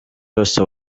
yose